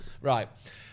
right